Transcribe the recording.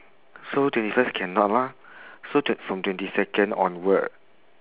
so twenty first cannot lor so tw~ from twenty second onward